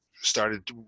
started